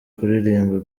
kuririmba